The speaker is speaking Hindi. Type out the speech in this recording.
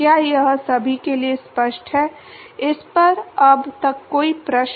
क्या यह सभी के लिए स्पष्ट है इस पर अब तक कोई प्रश्न